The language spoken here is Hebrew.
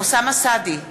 אוסאמה סעדי,